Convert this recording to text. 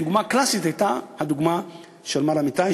דוגמה קלאסית הייתה הדוגמה של מר אמיתי,